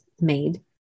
made